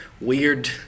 weird